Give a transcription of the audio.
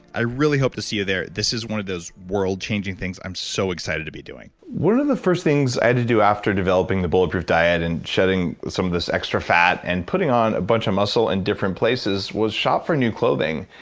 i really hope to see you there. this is one of those world-changing things i'm so excited to be doing one of the first things i had to do after developing the bulletproof diet, and shedding some of this extra fat, and putting on a bunch of muscle in different places was shop for new clothing.